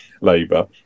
Labour